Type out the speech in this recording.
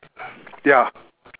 ya